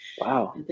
Wow